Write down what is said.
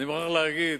אני מוכרח להגיד,